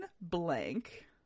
blank